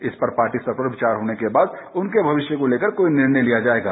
इस पर पार्टी स्तर पर विचार होने के बाद उनके भविष्य को लेकर कोई निर्णय लिया जाएगा